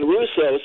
Russo